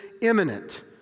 imminent